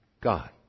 God